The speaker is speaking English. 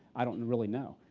i don't really know,